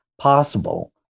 possible